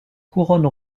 couronne